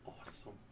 awesome